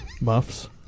muffs